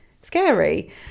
scary